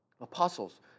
apostles